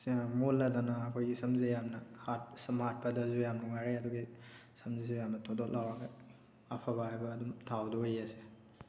ꯃꯣꯜꯂꯗꯅ ꯑꯩꯈꯣꯏꯒꯤ ꯁꯝꯁꯦ ꯌꯥꯝꯅ ꯁꯝ ꯍꯥꯠꯄꯗꯁꯨ ꯌꯥꯝ ꯅꯨꯡꯉꯥꯏꯔꯦ ꯑꯗꯨꯒꯤ ꯁꯝꯁꯨ ꯌꯥꯝꯅ ꯊꯣꯠ ꯊꯣꯠ ꯂꯥꯎꯔꯒ ꯑꯐꯕ ꯍꯥꯏꯕ ꯑꯗꯨꯝ ꯊꯥꯎꯗꯨ ꯑꯣꯏꯌꯦ ꯑꯁꯦ